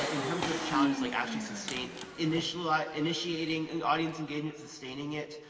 like in terms of challenges like actually sustaining, initiating like initiating and audience engagement, sustaining it.